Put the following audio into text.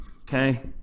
okay